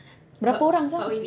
berapa orang sia